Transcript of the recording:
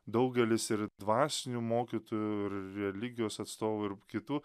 daugelis ir dvasinių mokytojų ir religijos atstovų ir kitų